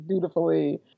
dutifully